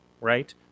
right